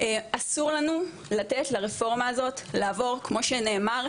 אסור לנו לתת לרפורמה הזאת לעבוד כמו שנאמר.